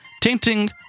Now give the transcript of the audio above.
tainting